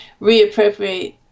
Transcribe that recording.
reappropriate